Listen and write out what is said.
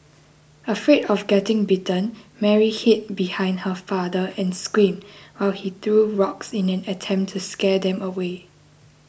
afraid of getting bitten Mary hid behind her father and screamed while he threw rocks in an attempt to scare them away